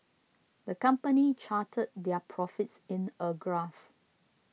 the company charted their profits in a graph